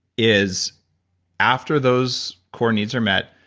is after those core needs are met,